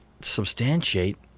substantiate